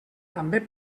també